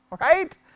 right